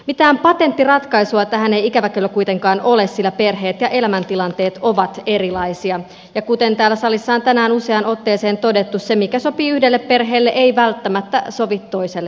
mitään patenttiratkaisua tähän ei ikävä kyllä kuitenkaan ole sillä perheet ja elämäntilanteet ovat erilaisia ja kuten täällä salissa on tänään useaan otteeseen todettu se mikä sopii yhdelle perheelle ei välttämättä sovi toiselle perheelle